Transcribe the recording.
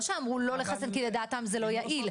זה לא שאמרו לא לחסן כי לדעתם זה לא יעיל.